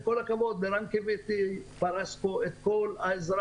עם כל הכבוד למשרד הכלכלה ורן קיויתי פרס פה את כל העזרה,